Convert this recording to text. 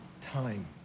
time